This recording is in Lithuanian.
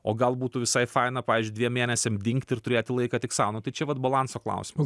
o gal būtų visai faina pavyzdžiui dviem mėnesiam dingti ir turėti laiką tik sau nu tai čia vat balanso klausimas